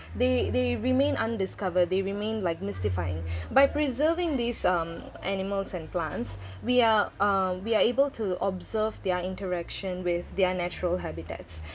they they remain undiscovered they remain like mystifying by preserving these um animals and plants we are uh we are able to observe their interaction with their natural habitats